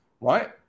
right